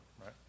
right